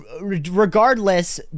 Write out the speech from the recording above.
regardless